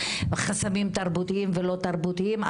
חסמים תרבותיים ולא תרבותיים.